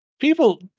people